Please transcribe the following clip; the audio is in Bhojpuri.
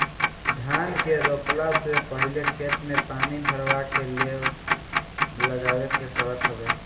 धान के रोपला से पहिले खेत में पानी भरवा के लेव लगावे के पड़त हवे